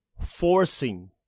forcing